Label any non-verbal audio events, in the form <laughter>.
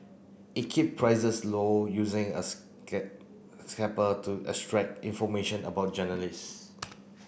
it keep prices low using a <unintelligible> scraper to extract information about journalist